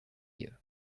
you